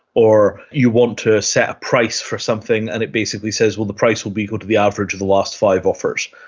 or you want to set a price for something and it basically says, well, the price will be go to the average of the last five offers.